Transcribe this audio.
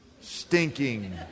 stinking